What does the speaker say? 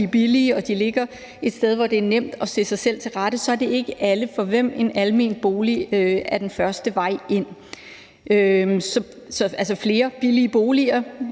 er billige og de ligger et sted, hvor det er nemt at finde sig til rette, er det ikke alle, for hvem en almen bolig er den første vej ind. Så altså, flere billige boliger